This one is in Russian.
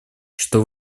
что